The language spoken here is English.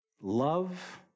Love